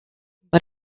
but